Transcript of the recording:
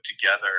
together